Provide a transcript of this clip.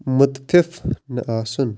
مُتفِف نہَ آسُن